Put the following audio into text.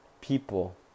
people